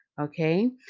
okay